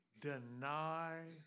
deny